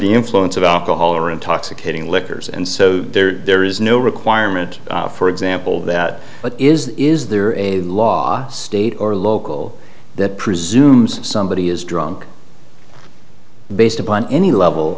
the influence of alcohol or intoxicating liquors and so there is no requirement for example that is is there a law state or local that presumes somebody is drunk based upon any level